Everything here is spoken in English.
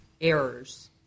errors